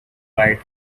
light